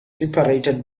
separated